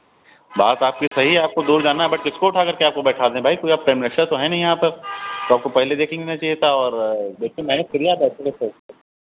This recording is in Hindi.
बात आपकी सही है आपको दूर जाना है बट किसको उठाकर के आपको बैठा दें भाई कोई आप प्राइम मिनिस्टर तो है नहीं यहाँ पर तो आपको पहले देखना चाहिए था और देखिए मैनेज करिए आप